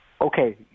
okay